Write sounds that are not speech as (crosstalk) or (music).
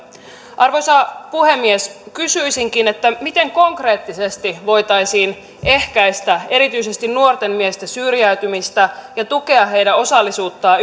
arvoisa puhemies kysyisinkin miten konkreettisesti voitaisiin ehkäistä erityisesti nuorten miesten syrjäytymistä ja tukea heidän osallisuuttaan (unintelligible)